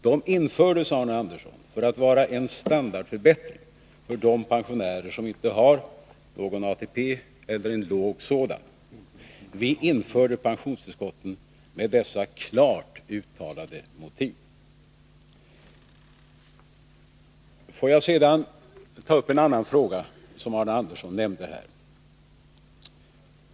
De infördes, Arne Andersson, för att vara en standardförbättring för de pensionärer som inte har någon ATP eller en låg sådan. Vi införde pensionstillskotten med dessa klart uttalade motiv. Får jag sedan ta upp en annan fråga som Arne Andersson berörde.